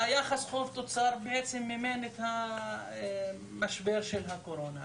יחס חוב-תוצר מימן את משבר הקורונה,